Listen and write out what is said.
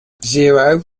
zero